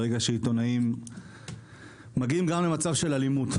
וברגע שעיתונאים מגיעים גם למצב של אלימות,